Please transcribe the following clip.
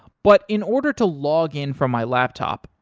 but in order to login from my laptop,